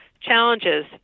challenges